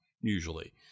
usually